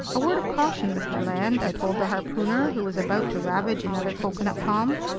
a word of caution, mr. land, i told the harpooner, who was about to ravage another coconut palm.